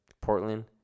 Portland